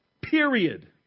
period